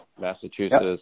Massachusetts